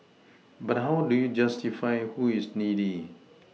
but how do you justify who is needy